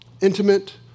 intimate